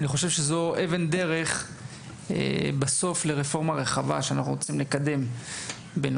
אני חושב שזו אבן דרך לרפורמה רחבה שאנחנו רוצים לקדם בנושא